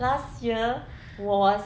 last year was